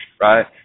right